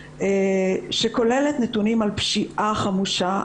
שכוללת נתונים על פשיעה חמושה,